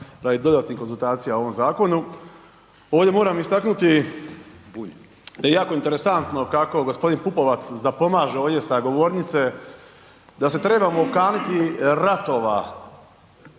radi dodatnih konzultacija o ovom zakonu. Ovdje moram istaknuti, jako interesantno kako g. Pupovac zapomaže ovdje sa govornice da se trebamo okaniti ratova.